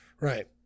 Right